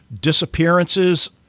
disappearances